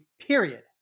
period